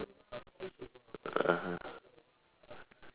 (uh huh)